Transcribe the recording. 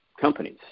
companies